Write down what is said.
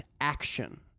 action